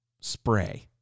spray